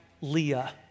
Leah